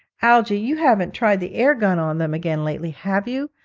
algy, you haven't tried the air-gun on them again lately, have you?